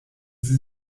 sie